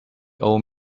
old